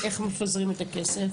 איך מפזרים את הכסף?